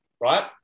right